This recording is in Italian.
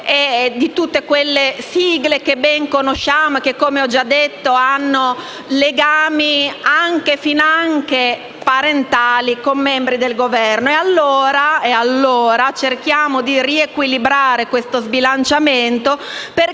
e di tutte quelle sigle che ben conosciamo e che, come ho già detto, hanno legami finanche parentali con membri del Governo. Cerchiamo, allora, di riequilibrare questo sbilanciamento, perché